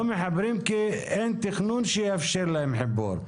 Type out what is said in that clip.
לא מחברים כי אין תכנון שיאפשר להם חיבור.